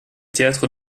théâtres